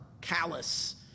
callous